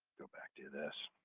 go back to this.